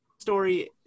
story